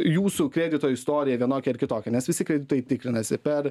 jūsų kredito istorija vienokia ar kitokia nes visi kreditai tikrinasi per